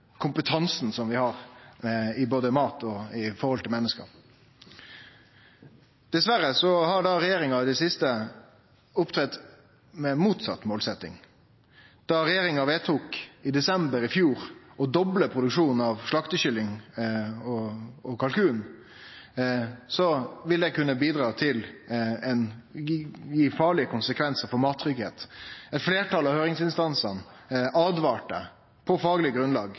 både mat og menneske. Diverre har regjeringa i det siste opptredd med motsett målsetjing. Regjeringa vedtok i desember i fjor å doble produksjonen av slaktekylling og kalkun. Det vil kunne bidra til å gi farlege konsekvensar for mattryggleiken. Eit fleirtal av høyringsinstansane åtvara på fagleg grunnlag